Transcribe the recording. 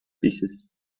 pieces